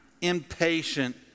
impatient